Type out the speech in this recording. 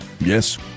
Yes